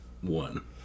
one